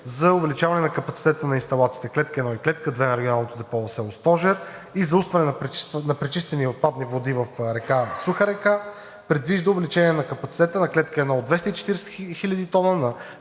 за увеличаване на капацитета на инсталациите клетка 1 и клетка 2 на регионалното депо в село Стожер и заустване на пречистени отпадни води в река Суха река. Предвижда увеличение на капацитета на клетка 1 от 240 хил. тона на